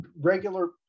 regular